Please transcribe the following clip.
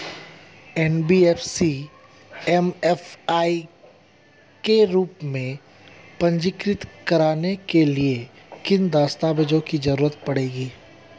NBFC MFI के रूप में पंजीकृत कराने के लिए किन किन दस्तावेजों की जरूरत पड़ेगी?